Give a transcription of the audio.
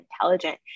intelligent